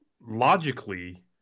logically –